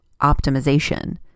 optimization